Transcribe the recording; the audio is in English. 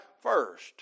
first